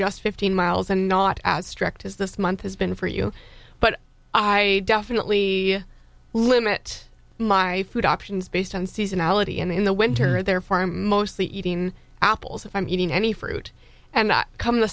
just fifteen miles and not as strict as this month has been for you but i definitely limit my food options based on seasonality in the winter and therefore mostly eating apples if i'm eating any fruit and not come in the